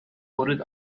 voted